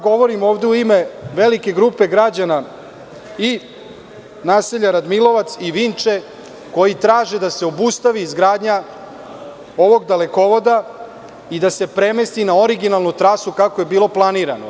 Govorim ovde u ime velike grupe građana i naselja Radmilovac i Vinča koji traže da se obustavi izgradnja ovog dalekovoda i da se premesti na originalnu trasu, kako je bilo planirano.